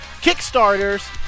Kickstarters